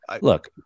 Look